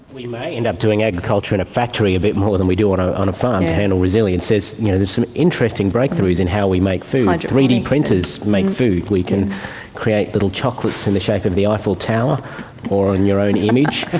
we may end up doing agriculture in a factory a bit more than we do on ah on a farm and to resilience. you know there's some interesting breakthroughs in how we make food. like three d printers make food, we can create little chocolates in the shape of the eiffel tower or in your own image.